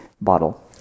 bottle